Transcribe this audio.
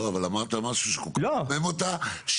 אמרת משהו שקומם אותה.